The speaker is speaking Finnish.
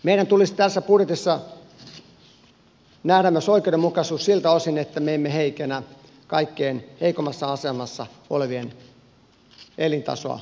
meidän tulisi tässä budjetissa nähdä myös oikeudenmukaisuus siltä osin että me emme heikennä kaikkein heikoimmassa asemassa olevien elintasoa liian paljon